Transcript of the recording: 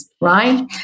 right